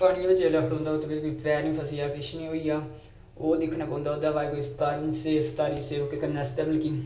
पानियै बिच जेल्लै खड़ोदा ओह्दा थल्लै कोई पैर निं फसी जा इ'यां होई जा ओह् दिक्खना पौंदा ओह्दै बारै कोई तारी सेफ तारी करने आस्तै